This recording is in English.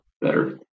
better